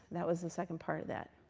that was the second part of that.